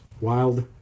wild